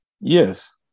Yes